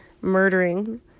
murdering